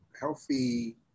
Healthy